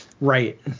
Right